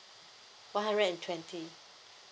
one hundred and twenty